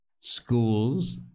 schools